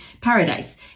paradise